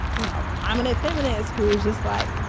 you know, prominent feminist who just like,